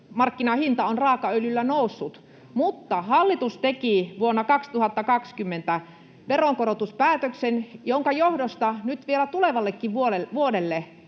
maailmanmarkkinahinta on raakaöljyllä noussut, mutta hallitus teki vuonna 2020 veronkorotuspäätöksen, jonka johdosta nyt vielä tulevallekin vuodelle